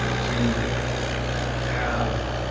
to have